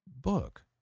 book